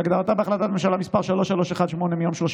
כהגדרתה בהחלטת ממשלה מס' 3318 מיום 31